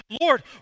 Lord